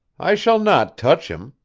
i shall not touch him.